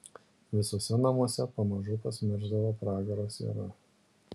visuose namuose pamažu pasmirsdavo pragaro siera